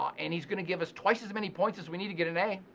um and he's gonna give us twice as many points as we need to get an a,